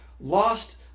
lost